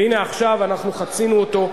והנה עכשיו אנחנו חצינו אותו,